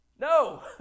No